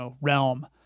realm